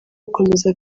gukomeza